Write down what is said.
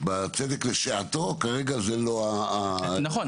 בצדק לשעתו כרגע זה לא --- נכון,